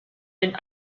been